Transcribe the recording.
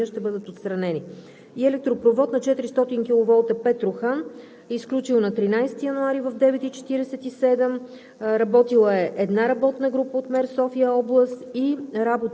Така че поради тази причина работите все още продължават, но днес до края на деня ще бъдат отстранени. И електропровод на 400 киловолта „Петрохан“ е изключил на 13 януари в 09,47